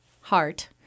heart